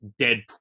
deadpool